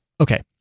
Okay